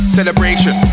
celebration